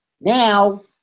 Now